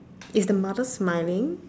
is the mother smiling